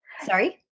Sorry